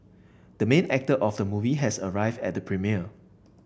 the main actor of the movie has arrived at the premiere